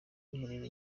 mwiherero